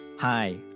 Hi